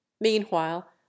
Meanwhile